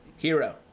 Hero